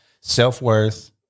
self-worth